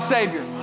Savior